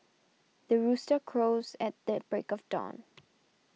the rooster crows at the break of dawn